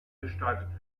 gestaltet